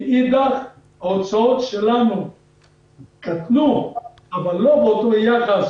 מאידך ההוצאות שלנו קטנו אבל לא באותו יחס